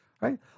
right